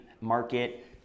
market